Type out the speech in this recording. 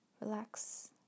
Relax